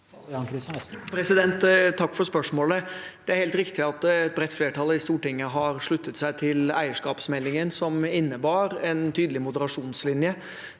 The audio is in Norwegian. Takk for spørsmålet! Det er helt riktig at et bredt flertall i Stortinget har sluttet seg til eierskapsmeldingen som innebærer en tydelig moderasjonslinje,